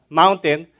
mountain